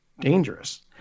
dangerous